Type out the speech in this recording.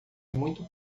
muito